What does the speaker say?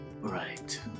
Right